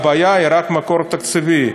הבעיה היא רק מקור תקציבי.